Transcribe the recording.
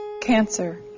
Cancer